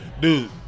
dude